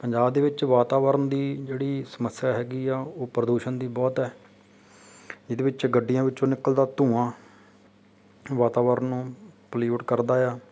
ਪੰਜਾਬ ਦੇ ਵਿੱਚ ਵਾਤਾਵਰਨ ਦੀ ਜਿਹੜੀ ਸਮੱਸਿਆ ਹੈਗੀ ਆ ਉਹ ਪ੍ਰਦੂਸ਼ਣ ਦੀ ਬਹੁਤ ਹੈ ਇਹਦੇ ਵਿੱਚ ਗੱਡੀਆਂ ਵਿੱਚੋਂ ਨਿਕਲਦਾ ਧੂੰਆਂ ਵਾਤਾਵਰਨ ਨੂੰ ਪਲਿਊਟ ਕਰਦਾ ਆ